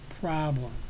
problem